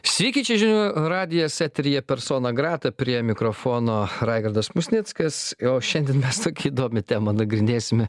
sveiki čia žinių radijas eteryje persona grata prie mikrofono raigardas musnickas o šiandien mes tokią įdomią temą nagrinėsime